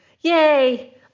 Yay